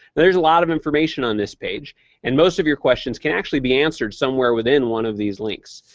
there's a lot of information on this page and most of your questions can actually be answered somewhere within one of these links.